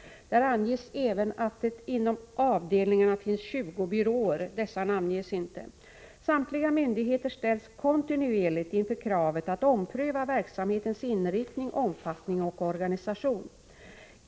Där anges även att det inom avdelningarna finns 20 byråer. Dessa namnges inte. Samtliga myndigheter ställs kontinuerligt inför kravet att ompröva verksamhetens inriktning, omfattning och organisation.